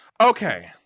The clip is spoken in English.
Okay